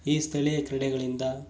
ಈ ಸ್ತಳೀಯ ಕ್ರೀಡೆಗಳಿಂದ